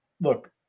Look